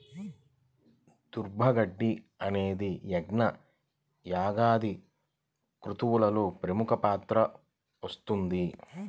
దర్భ గడ్డి అనేది యజ్ఞ, యాగాది క్రతువులలో ప్రముఖ పాత్ర వహిస్తుంది